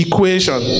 Equation